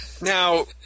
Now